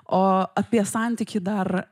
o apie santykį dar